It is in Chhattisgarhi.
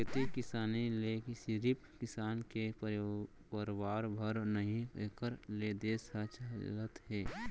खेती किसानी ले सिरिफ किसान के परवार भर नही एकर ले देस ह चलत हे